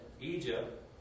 Egypt